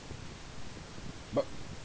but